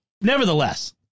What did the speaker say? Nevertheless